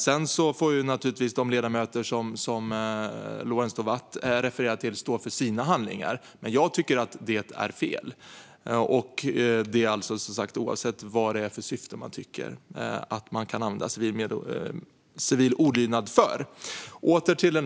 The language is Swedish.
Sedan får naturligtvis de ledamöter som Lorentz Tovatt här refererar till stå för sina handlingar. Men jag tycker att det är fel metod, oavsett vad det är för syfte man tycker att man kan använda civil olydnad för.